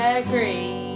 agree